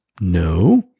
No